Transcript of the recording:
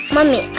Mommy